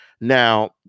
now